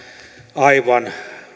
aivan